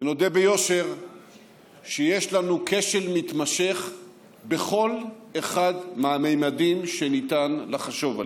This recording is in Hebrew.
נודה ביושר שיש לנו כשל מתמשך בכל אחד מהממדים שניתן לחשוב עליהם.